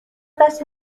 دستی